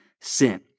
sin